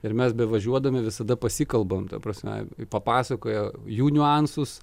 ir mes bevažiuodami visada pasikalbam ta prasme papasakoja jų niuansus